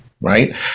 right